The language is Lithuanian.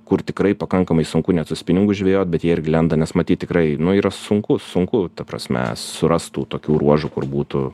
kur tikrai pakankamai sunku net su spiningu žvejot bet jie irgi lenda nes matyt tikrai nu yra sunku sunku ta prasme surast tų tokių ruožų kur būtų